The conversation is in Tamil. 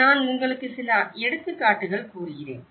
நான் உங்களுக்கு சில எடுத்துக்காட்டுகள் கூறுகிறேன்